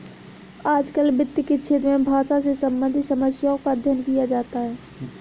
आजकल वित्त के क्षेत्र में भाषा से सम्बन्धित समस्याओं का अध्ययन किया जाता है